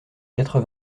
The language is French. quatre